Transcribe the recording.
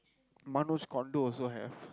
Manoj condo also have